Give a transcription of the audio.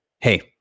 Hey